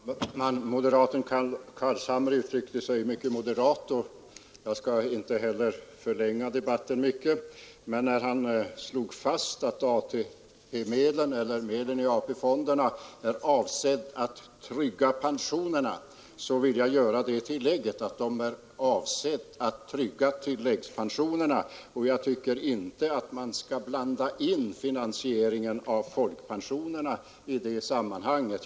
Herr talman! Moderaten herr Carlshamre uttryckte sig mycket moderat, och jag skall därför inte förlänga debatten mycket. Men när herr Carlshamre slog fast att medlen i AP-fonderna är avsedda att trygga pensionerna vill jag göra det tillägget att de är avsedda att trygga tilläggspensionerna. Jag tycker inte att man skall blanda in finansieringen av folkpensionerna i det sammanhanget.